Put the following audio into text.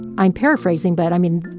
i'm paraphrasing, but, i mean,